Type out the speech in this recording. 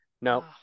No